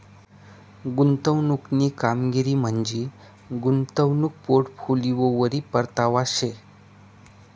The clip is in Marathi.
गुंतवणूकनी कामगिरी म्हंजी गुंतवणूक पोर्टफोलिओवरी परतावा शे